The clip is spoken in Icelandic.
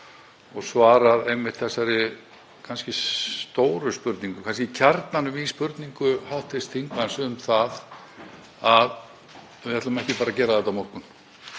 og svaraði einmitt þessari stóru spurningu, kannski kjarnanum í spurningu hv. þingmanns, hvort við ætlum ekki bara að gera þetta á morgun.